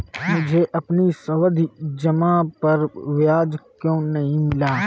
मुझे अपनी सावधि जमा पर ब्याज क्यो नहीं मिला?